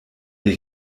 ihr